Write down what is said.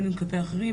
בין אם כלפי אחרים.